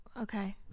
Okay